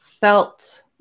felt